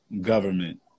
government